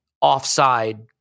offside